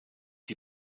die